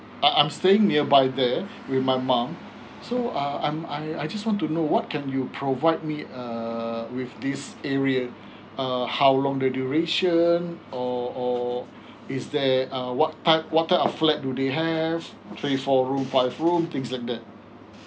I I'm staying nearby there with my mum so uh I'm I I just want to know what can you provide me uh with this area uh how long the duration or or is there err what type what type of flat do they three four room five room things like that